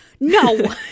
no